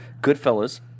Goodfellas